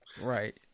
Right